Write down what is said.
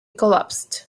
collapsed